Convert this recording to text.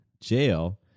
jail